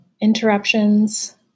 interruptions